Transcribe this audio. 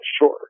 sure